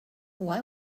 why